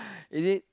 is it